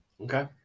Okay